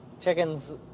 Chickens